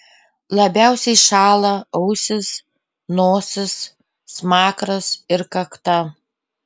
labiausiai šąla ausys nosis smakras ir kakta